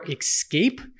escape